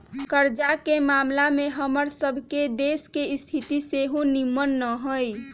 कर्जा के ममला में हमर सभ के देश के स्थिति सेहो निम्मन न हइ